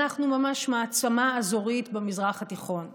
אנחנו ממש מעצמה אזורית במזרח התיכון,